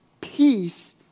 peace